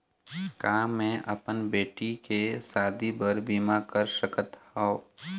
का मैं अपन बेटी के शादी बर बीमा कर सकत हव?